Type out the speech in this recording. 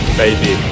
baby